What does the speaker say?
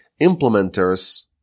implementers